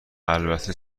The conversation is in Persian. البته